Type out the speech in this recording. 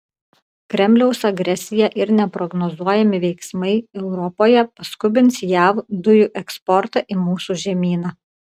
kremliaus agresija ir neprognozuojami veiksmai europoje paskubins jav dujų eksportą į mūsų žemyną